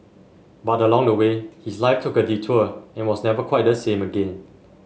but along the way his life took a detour and was never quite the same again